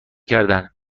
کردن